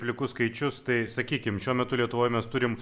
plikus skaičius tai sakykim šiuo metu lietuvoj mes turim